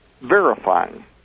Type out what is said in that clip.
verifying